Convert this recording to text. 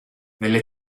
nelle